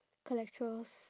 collaterals